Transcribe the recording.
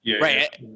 Right